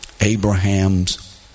Abraham's